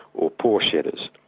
or poor shedders.